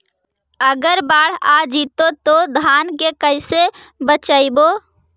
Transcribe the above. अगर बाढ़ आ जितै तो धान के कैसे बचइबै?